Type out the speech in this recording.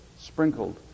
sprinkled